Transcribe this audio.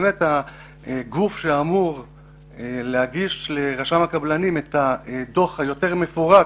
הגוף שאמור להגיש לרשם הקבלנים את הדוח המפורט